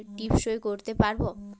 টিপ সই করতে পারবো?